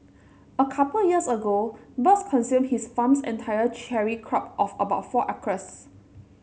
a couple years ago birds consumed his farm's entire cherry crop of about four acres